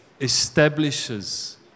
establishes